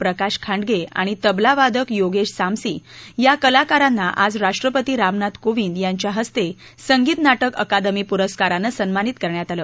प्रकाश खांडो आणि तबला वादक योगेश सामसी या कलाकारांना आज राष्ट्रपती रामनाथ कोविंद यांच्या हस्ते संगीत नाटक अकादमी पुरस्कारानं सन्मानित करण्यात आलं